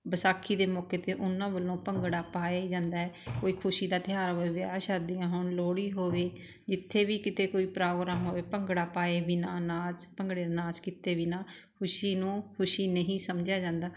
ਵਿਸਾਖੀ ਦੇ ਮੌਕੇ 'ਤੇ ਉਹਨਾਂ ਵੱਲੋਂ ਭੰਗੜਾ ਪਾਏ ਜਾਂਦਾ ਕੋਈ ਖੁਸ਼ੀ ਦਾ ਤਿਉਹਾਰ ਹੋਏ ਵਿਆਹ ਸ਼ਾਦੀਆਂ ਹੋਣ ਲੋਹੜੀ ਹੋਵੇ ਜਿੱਥੇ ਵੀ ਕਿਤੇ ਕੋਈ ਪ੍ਰੋਗਰਾਮ ਹੋਵੇ ਭੰਗੜਾ ਪਾਏ ਬਿਨਾ ਨਾਚ ਭੰਗੜੇ ਨਾਚ ਕੀਤੇ ਬਿਨਾ ਖੁਸ਼ੀ ਨੂੰ ਖੁਸ਼ੀ ਨਹੀਂ ਸਮਝਿਆ ਜਾਂਦਾ